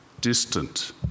distant